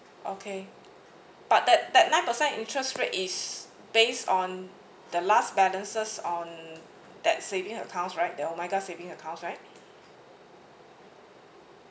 okay but that that nine percent interest rate is based on the last balances on that saving account right that omega savings account right